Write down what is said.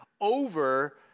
over